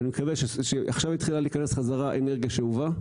התחילה עכשיו להיכנס חזרה אנרגיה שאובה,